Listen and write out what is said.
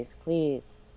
please